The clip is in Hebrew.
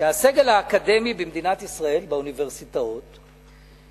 שהסגל האקדמי באוניברסיטאות במדינת ישראל,